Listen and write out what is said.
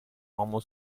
uomo